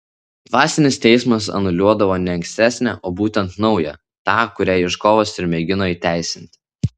dvasinis teismas anuliuodavo ne ankstesnę o būtent naują tą kurią ieškovas ir mėgino įteisinti